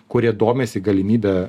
kurie domisi galimybe